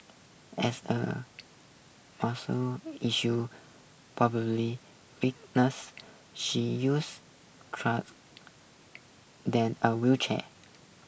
as her muscle issue probably weakness she used trust then a wheelchair